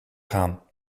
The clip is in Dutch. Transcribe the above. gaan